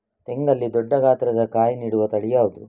ತೆಂಗಲ್ಲಿ ದೊಡ್ಡ ಗಾತ್ರದ ಕಾಯಿ ನೀಡುವ ತಳಿ ಯಾವುದು?